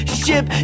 ship